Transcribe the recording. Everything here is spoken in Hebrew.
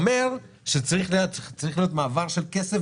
ואני חושב שאם נדון בחוק הזה חודש,